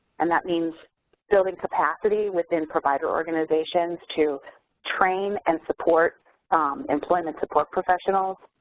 and that means building capacity within provider organizations to train and support employment support professionals,